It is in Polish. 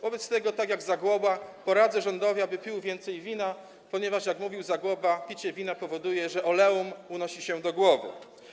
Wobec tego tak jak Zagłoba poradzę rządowi, aby pił więcej wina, ponieważ, jak mówił Zagłoba: Picie wina powoduje, że oleum unosi się do głowy.